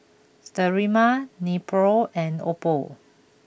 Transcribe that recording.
Sterimar Nepro and Oppo